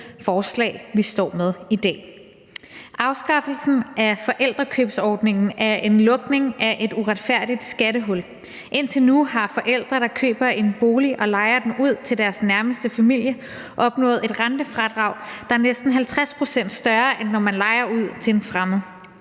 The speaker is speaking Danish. forslag, som vi står med i dag. Afskaffelsen af forældrekøbsordningen er en lukning af et uretfærdigt skattehul. Indtil nu har forældre, der køber en bolig og lejer den ud til deres nærmeste familie, opnået et rentefradrag, der er næsten 50 pct. større, end når man lejer ud til en fremmed.